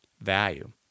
value